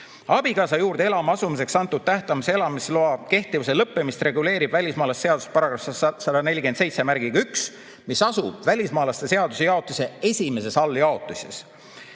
Abikaasa juurde elama asumiseks antud tähtajalise elamisloa kehtivuse lõppemist reguleerib välismaalaste seaduse § 1471, mis asub välismaalaste seaduse jaotise esimeses alljaotises.